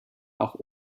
auch